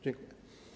Dziękuję.